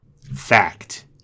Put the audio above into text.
fact